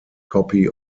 copy